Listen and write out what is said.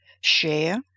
share